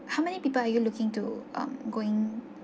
how many people are you looking to um going